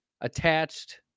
attached